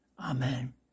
Amen